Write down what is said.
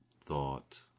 thought